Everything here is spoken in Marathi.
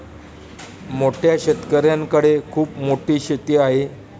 मोठ्या शेतकऱ्यांकडे खूप मोठी शेती आहे